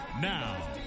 Now